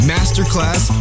Masterclass